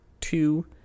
two